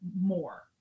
more